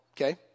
Okay